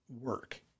work